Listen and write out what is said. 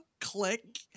Click